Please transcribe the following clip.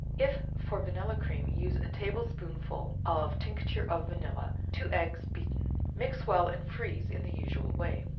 if for vanilla cream use a table-spoonful of tincture of vanilla, two eggs beaten mix well and freeze in the usual way.